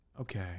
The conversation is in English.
Okay